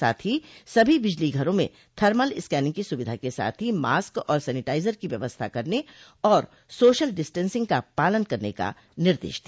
साथ ही सभी बिजली घरों में थर्मल स्कैनिंग की सुविधा के साथ ही मास्क और सैनिटाइजर की व्यवस्था करने और सोशल डिस्टेंसिंग का पालन करने का निर्देश दिया